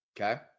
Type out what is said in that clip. Okay